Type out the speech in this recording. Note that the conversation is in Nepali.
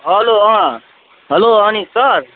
hello hello Anis sir